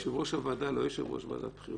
יושב-ראש הוועדה, לא יושב-ראש ועדת הבחירות.